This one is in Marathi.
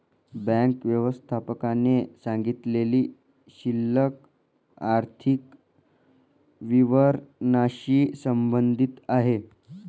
बँक व्यवस्थापकाने सांगितलेली शिल्लक आर्थिक विवरणाशी संबंधित आहे